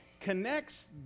connects